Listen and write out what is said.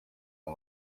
aya